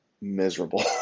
miserable